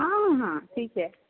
हाँ हाँ ठीक है